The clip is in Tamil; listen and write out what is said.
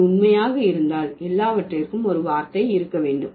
அது உண்மையாக இருந்தால் எல்லாவற்றிற்கும் ஒரு வார்த்தை இருக்க வேண்டும்